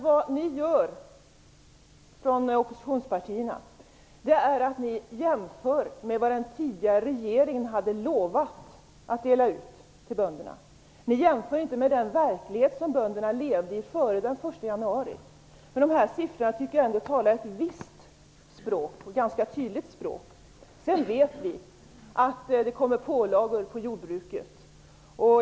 Vad ni från oppositionspartierna gör är att ni jämför med vad den tidigare regeringen hade lovat att dela ut till bönderna. Ni jämför inte med den verklighet som bönderna levde i före den första januari. Jag tycker ändå att dessa siffror talar ett ganska tydligt språk. Vi vet att det kommer pålagor på jordbruket.